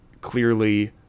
clearly